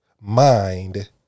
mind